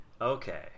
Okay